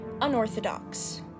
unorthodox